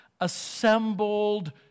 assembled